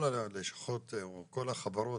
כל הלשכות או כל החברות